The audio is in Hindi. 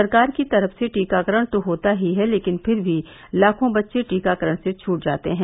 सरकार की तरफ से टीकाकरण तो होता ही है लेकिन फिर भी लाखों बच्चें टीकाकरण से छूट जाते हैं